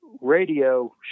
radio